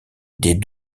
des